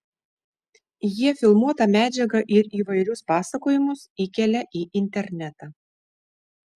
jie filmuotą medžiagą ir įvairius pasakojimus įkelia į internetą